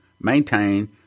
maintain